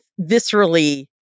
viscerally